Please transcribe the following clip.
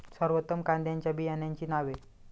सर्वोत्तम कांद्यांच्या बियाण्यांची नावे?